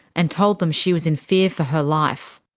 and told them she was in fear for her life.